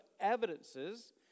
evidences